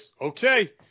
Okay